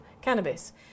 cannabis